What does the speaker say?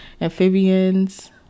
amphibians